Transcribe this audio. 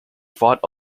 fought